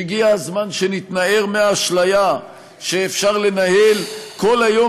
שהגיע הזמן שנתנער מהאשליה שאפשר לנהל כל היום